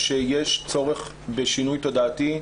שיש צורך בשינוי תודעתי,